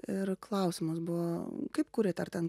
ir klausimas buvo kaip kūrėte ar ten